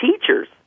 teachers